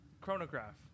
chronograph